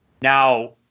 Now